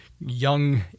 young